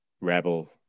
Rebel